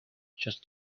just